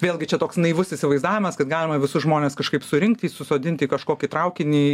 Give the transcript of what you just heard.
vėlgi čia toks naivus įsivaizdavimas kad galima visus žmones kažkaip surinkti susodinti į kažkokį traukinį